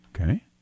Okay